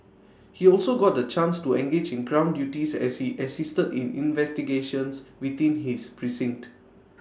he also got the chance to engage in ground duties as he assisted in investigations within his precinct